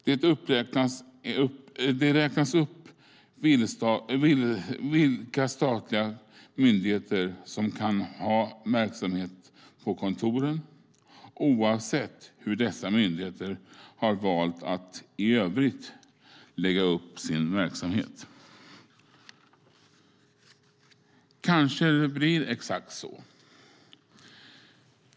Det räknas upp vilka statliga myndigheter som kan ha verksamhet på kontoren, oavsett hur dessa myndigheter har valt att i övrigt lägga upp sin verksamhet. Kanske det blir exakt så.